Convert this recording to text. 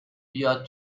بیاد